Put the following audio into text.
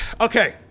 Okay